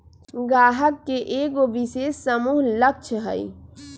गाहक के एगो विशेष समूह लक्ष हई